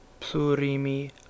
plurimi